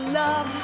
love